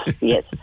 yes